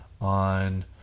on